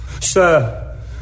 Sir